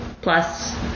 plus